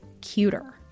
cuter